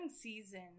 season